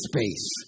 space